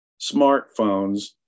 smartphones